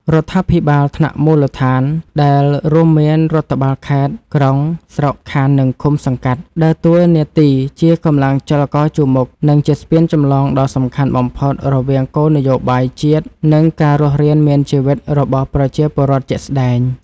រដ្ឋាភិបាលថ្នាក់មូលដ្ឋាន ដែលរួមមានរដ្ឋបាលខេត្ត ក្រុង ស្រុក ខណ្ឌ និងឃុំ-សង្កាត់ ដើរតួនាទីជាកម្លាំងចលករជួរមុខ និងជាស្ពានចម្លងដ៏សំខាន់បំផុតរវាងគោលនយោបាយជាតិ និងការរស់រានមានជីវិតរបស់ប្រជាពលរដ្ឋជាក់ស្ដែង។